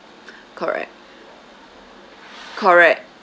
correct correct